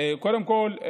קודם כול,